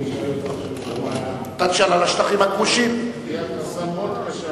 בשאילתא שאני אשאל את ראש הממשלה תהיה התרסה מאוד קשה,